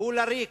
הוא לריק.